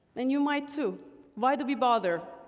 and you might too why do we bother?